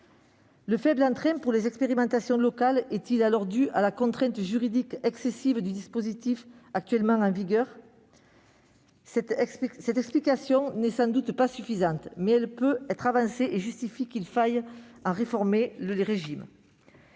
Le faible entrain pour les expérimentations locales est-il alors dû à la contrainte juridique excessive du dispositif en vigueur ? Cette explication n'est sans doute pas suffisante, mais elle peut être avancée et elle justifie qu'il faille en réformer le régime.